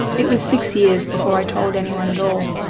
it was six years before i told anyone at all.